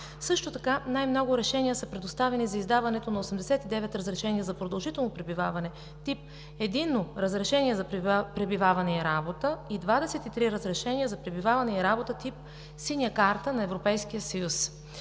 Също така най-много решения са предоставени за издаването на 89 разрешения за продължително пребиваване, тип „Единно разрешение за пребиваване и работа“, и 23 разрешения за пребиваване и работа тип „Синя карта на Европейския съюз“.